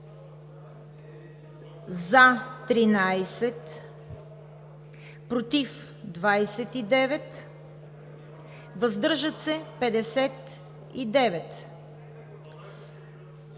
за 13, против 29, въздържат се 59.